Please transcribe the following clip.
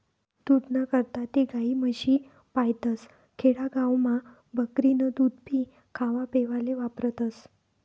दूधना करता ते गायी, म्हशी पायतस, खेडा गावमा बकरीनं दूधभी खावापेवाले वापरतस